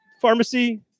pharmacy